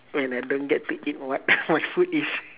when I don't get to eat what my food is